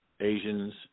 Asians